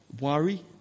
Worry